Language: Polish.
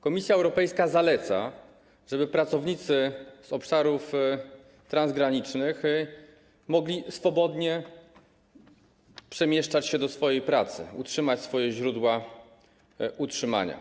Komisja Europejska zaleca, żeby pracownicy z obszarów transgranicznych mogli swobodnie przemieszczać się do swojej pracy, utrzymać źródła utrzymania.